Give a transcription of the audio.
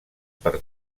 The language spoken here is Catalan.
per